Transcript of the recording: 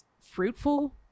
fruitful